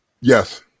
Yes